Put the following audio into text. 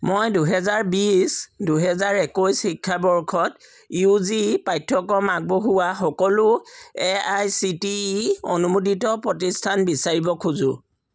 মই দুহেজাৰ বিছ দুহেজাৰ একৈছ শিক্ষাবৰ্ষত ইউ জি পাঠ্যক্ৰম আগবঢ়োৱা সকলো A I C T E অনুমোদিত প্ৰতিষ্ঠান বিচাৰিব খোজো